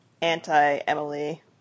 anti-Emily